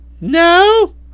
No